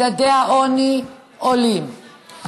מדדי העוני עולים,